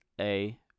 A-